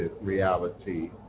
reality